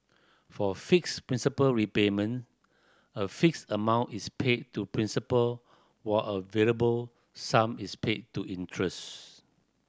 for fixed principal repayment a fixed amount is paid to principal while a variable sum is paid to interest